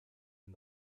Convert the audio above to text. and